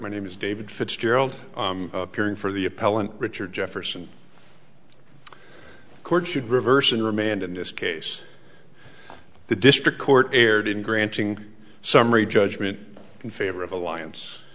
my name is david fitzgerald appearing for the appellant richard jefferson court should reverse in remand in this case the district court erred in granting summary judgment in favor of alliance